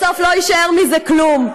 בסוף לא יישאר מזה כלום,